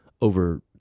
over